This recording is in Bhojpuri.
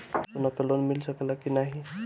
सोना पे लोन मिल सकेला की नाहीं?